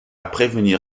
prévenir